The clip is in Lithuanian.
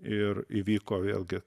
ir įvyko vėlgi